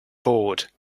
board